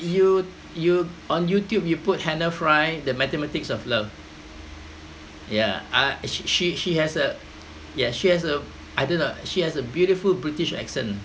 you~ you~ on youtube you put hannah fry the mathematics of love yeah uh she she she has a yes she has a I don't know she has a beautiful british accent